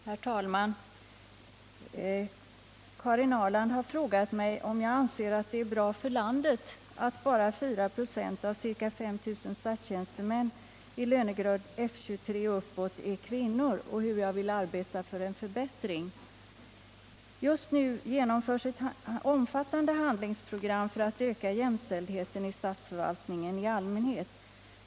Herr talman! Karin Ahrland har frågat mig om jag anser att det är bra för landet att bara 4 26 av ca 5 000 statstjänstemän i lönegrad F 23 och uppåt är kvinnor och hur jag vill arbeta för en förbättring. Just nu genomförs ett omfattande handlingsprogram för att öka jämställdheten i statsförvaltningen i allmänhet.